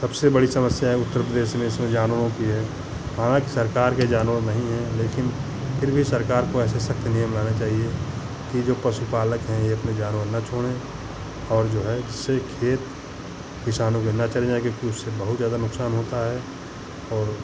सबसे बड़ी समस्या है उत्तर प्रदेश देश में जानवरों की है हालांकि सरकार के जानवर नहीं है लेकिन फिर भी सरकार को ऐसे सख्त नियम लाने चाहिए कि जो पशुपालक हैं ये अपने जानवर ना छोड़ें और जो है जिससे खेत किसानों के ना चर जाए जोकि उससे बहुत ज़्यादा नुकसान होता है और